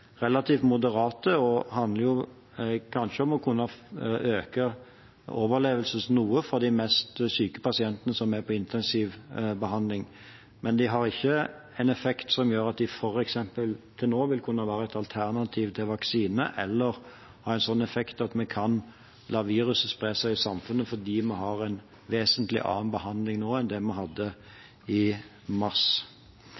relativt moderate og handler kanskje om å kunne øke overlevelsesraten noe for de mest syke pasientene som er på intensivbehandling. De har ikke en effekt som gjør at de f.eks. til nå vil kunne være et alternativ til vaksine, eller ha en sånn effekt at vi kan la viruset spre seg i samfunnet fordi vi har en vesentlig annen behandling nå enn vi hadde